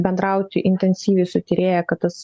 bendrauti intensyviai su tyrėja kad tas